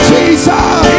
Jesus